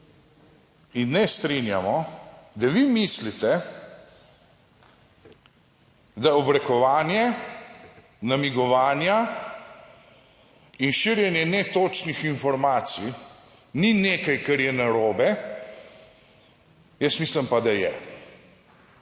in ne strinjamo, da vi mislite, da obrekovanje, namigovanja in širjenje netočnih informacij ni nekaj, kar je narobe, jaz mislim pa, da je.